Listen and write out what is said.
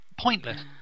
pointless